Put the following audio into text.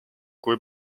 kui